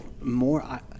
more